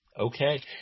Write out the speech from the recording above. Okay